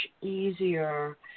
easier